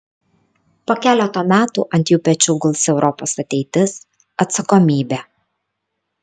po keleto metų ant jų pečių guls europos ateitis atsakomybė